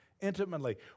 intimately